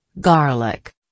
Garlic